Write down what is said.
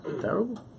terrible